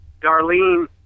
Darlene